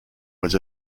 was